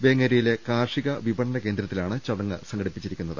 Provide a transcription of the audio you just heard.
വേങ്ങേരിയിലെ കാർ ഷിക വിപണന കേന്ദ്രത്തിലാണ് ചടങ്ങ് സംഘടിപ്പിച്ചിരിക്കുന്നത്